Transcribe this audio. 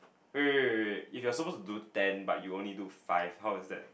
wait wait wait wait wait if you're supposed to do ten but you only do five how is that